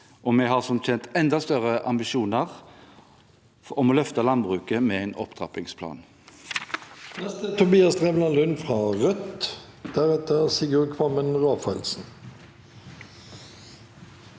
Vi har som kjent enda større ambisjoner om å løfte landbruket med en opptrappingsplan.